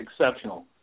Exceptional